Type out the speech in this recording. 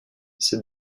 ces